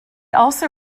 also